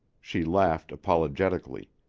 she laughed apologetically.